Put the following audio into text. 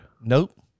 Nope